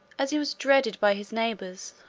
as he was dreaded by his neighbours,